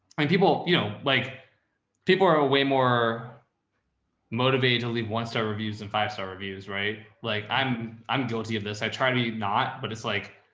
and people, you know, like people are ah way more motivated to leave one star reviews and five star reviews, right? like i'm, i'm guilty of this. i try to not, but it's like,